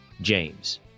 James